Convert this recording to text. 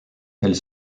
elles